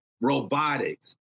robotics